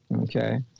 okay